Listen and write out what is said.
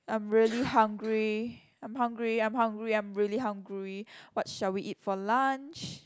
I'm really hungry I'm hungry I'm hungry I'm really hungry what shall we eat for lunch